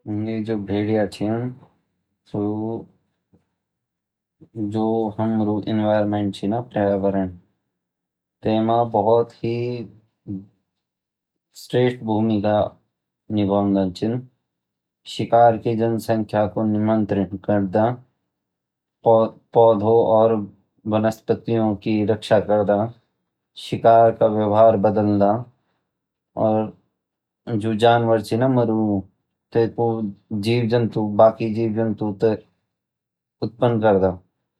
ये जो भेड़िया ची सु जो हमरु पर्यावरण तै मई बूट ही स्ट्रैट भूमि काका निवाड़ी ची शिकर की जनसँख्या को नियंत्रित करदा पोधो और वनस्पतियो की रक्षा करदा शिकार का व्यवहार बदलदा और जो जानवर ची न मरू टेकु जीवजंतु तो उत्पन करदा